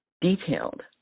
detailed